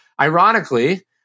ironically